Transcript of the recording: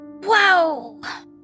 Wow